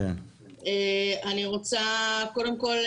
קודם כל,